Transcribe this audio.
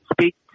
speak